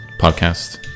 podcast